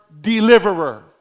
deliverer